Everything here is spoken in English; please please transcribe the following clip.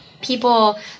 people